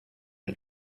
and